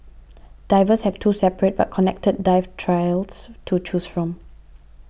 divers have two separate but connected dive trails to choose from